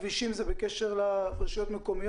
נציגת משרד התחבורה,